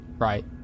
Right